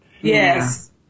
Yes